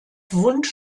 wunsch